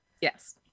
Yes